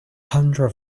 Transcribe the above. tundra